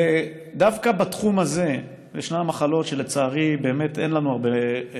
דווקא בתחום הזה, ישנן מחלות שלצערי אין להן הרבה,